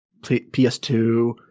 PS2